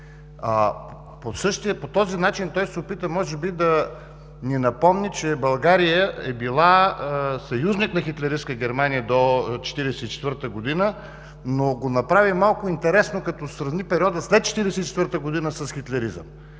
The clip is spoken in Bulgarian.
По този начин той се опитва може би да ни напомни, че България е била съюзник на хитлеристка Германия до 1944 г., но го направи малко интересно, като сравни периода след 1944 г. с хитлеризъм.